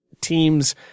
teams